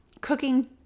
cooking